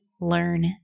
learn